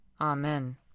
Amen